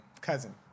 cousin